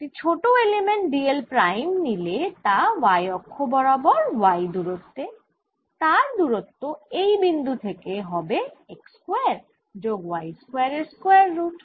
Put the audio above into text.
একটি ছোট element d l prime নিলে যা y অক্ষ বরাবর y দুরত্বে তার দুরত্ব এই বিন্দু থেকে হবে x স্কয়ার যোগ y স্কয়ার এর স্কয়ার রুট